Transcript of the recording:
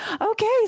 okay